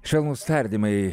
švelnūs tardymai